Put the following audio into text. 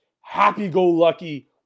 happy-go-lucky